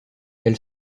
elle